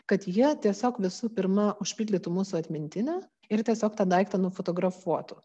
kad jie tiesiog visų pirma užpildytų mūsų atmintinę ir tiesiog tą daiktą nufotografuotų